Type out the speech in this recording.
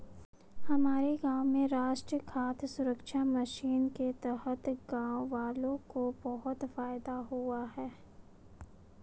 हमारे गांव में राष्ट्रीय खाद्य सुरक्षा मिशन के तहत गांववालों को बहुत फायदा हुआ है